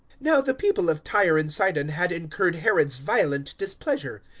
now the people of tyre and sidon had incurred herod's violent displeasure.